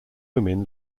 women